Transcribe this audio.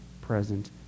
present